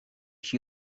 she